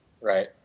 Right